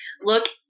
look